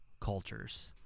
cultures